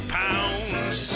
pounds